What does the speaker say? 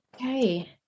Okay